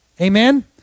Amen